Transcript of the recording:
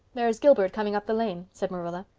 there's gilbert coming up the lane, said marilla.